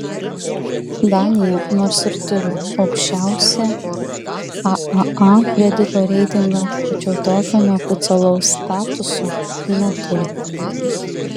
danija nors ir turi aukščiausią aaa kredito reitingą tačiau tokio neoficialaus statuso neturi